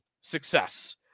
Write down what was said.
success